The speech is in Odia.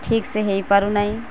ଠିକ୍ ସେେ ହୋଇପାରୁନହିଁ